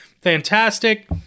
fantastic